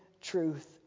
truth